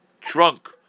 trunk